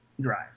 drive